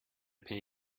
pay